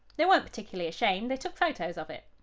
they weren't particularly ashamed they took photos of it.